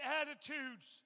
attitudes